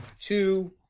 two